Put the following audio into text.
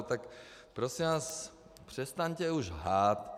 Tak prosím vás, přestaňte už lhát.